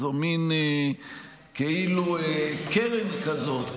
זה כאילו קרן כזאת,